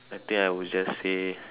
I think I would just say